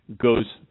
goes